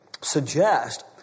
suggest